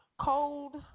cold